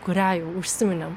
kurią jau užsiminiau